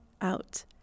out